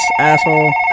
asshole